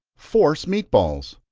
force meat balls.